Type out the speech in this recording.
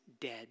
dead